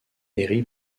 herri